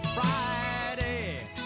Friday